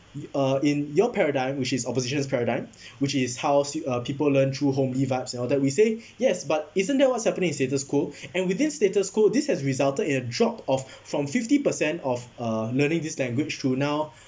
uh in your paradigm which is opposition's paradigm which is house uh people learn through homely vibes and all that we say yes but isn't that what's happening in status quo and within status quo this has resulted in a drop of from fifty percent of uh learning this language through now